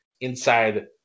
inside